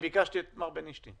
ביקשתי את מר בנישתי.